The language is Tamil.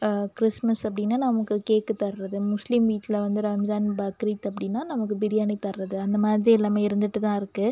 கிறிஸ்ம்ஸ் அப்படின்னா நமக்கு கேக்கு தரது முஸ்லீம் வீட்டில் வந்து ரம்ஜான் பக்ரீத் அப்படினா நமக்கு பிரியாணி தரது அந்த மாதிரி எல்லாமே இருந்துகிட்டு தான் இருக்கு